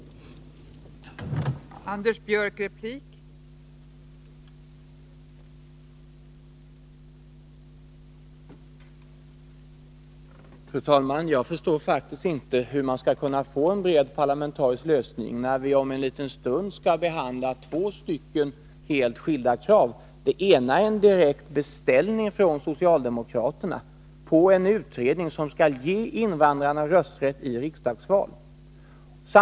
frågor m.m.